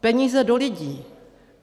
Peníze do lidí